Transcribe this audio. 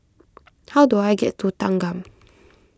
how do I get to Thanggam